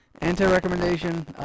Anti-recommendation